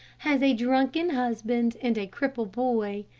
has a drunken husband and a cripple boy.